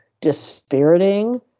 dispiriting